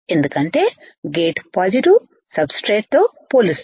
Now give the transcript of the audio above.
ఎందుకంటే gate positive సబ్ స్ట్రేట్తో పోలిస్తే